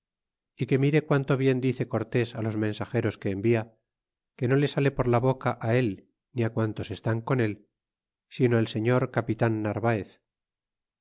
é que mire quanto bien dice cortés los mensageros que envia que no le sale por la boca él ni quantos estn con él sino el señor capitan narvaez